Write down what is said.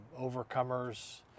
overcomers